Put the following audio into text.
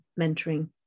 mentoring